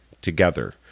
together